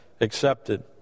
accepted